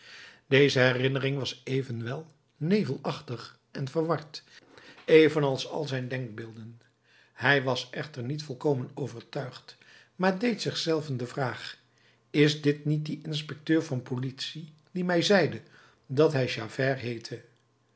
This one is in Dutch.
deze herinnering was evenwel nevelachtig en verward evenals al zijn denkbeelden hij was echter niet volkomen overtuigd maar deed zich zelven de vraag is dit niet die inspecteur van politie die mij zeide dat hij javert heette